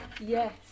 Yes